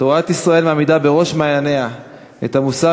תורת ישראל מעמידה בראש מעייניה את המוסר